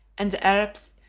and the arabs,